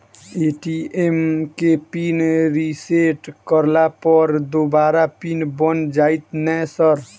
ATM केँ PIN reset करला पर दोबारा पिन बन जाइत नै सर?